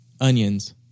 onions